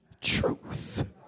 truth